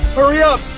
hurry up.